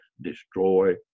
destroy